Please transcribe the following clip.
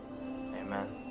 Amen